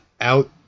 out